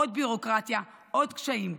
עוד ביורוקרטיה, עוד קשיים.